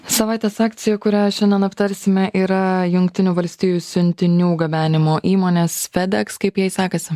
savaitės akcija kurią šiandien aptarsime yra jungtinių valstijų siuntinių gabenimo įmonės fedex kaip jai sekasi